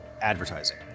advertising